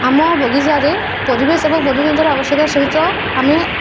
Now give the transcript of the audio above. ଆମ ବଗିଚାରେ ପରିବେଶ ଏବଂ ବନ୍ୟଜନ୍ତୁର ଆବଶ୍ୟକତା ସହିତ ଆମେ